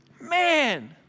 man